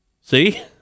See